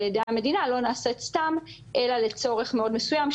ידי המדינה לא נעשית סתם אלא לצורך מאוד מסוים,